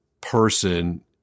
person